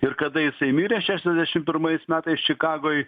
ir kada jisai mirė šešiasdešim pirmais metais čikagoj